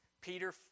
Peter